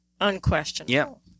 Unquestionable